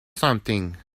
something